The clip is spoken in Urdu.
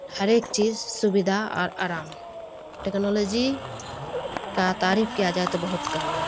ہر ایک چیز سویدھا اور آرام ٹیکنالوجی کا تعریف کیا جائے تو بہت کم ہے